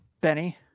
Benny